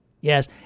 Yes